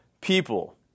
people